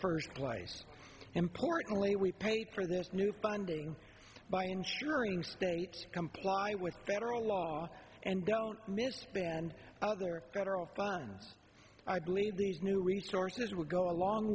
first place importantly we paid for this new funding by ensuring state comply with federal law and don't miss and other federal funds i believe these new resources will go a long